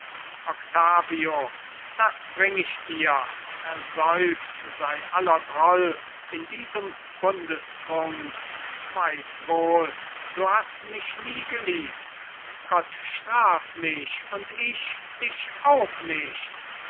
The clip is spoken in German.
octavio das bring ich dir ersäuft sei aller groll in diesem bundestrunk weiß wohl du hast mich nie geliebt gott straf mich und ich dich auch nicht